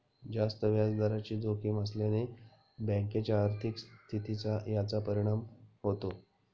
जास्त व्याजदराची जोखीम असल्याने बँकेच्या आर्थिक स्थितीवर याचा परिणाम होतो